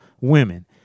women